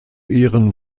ehren